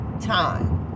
Time